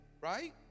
right